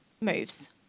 moves